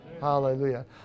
Hallelujah